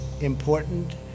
important